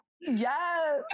Yes